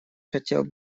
хотел